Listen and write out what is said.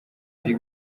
ari